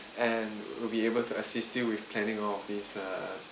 and we'll be able to assist you with planning all of these uh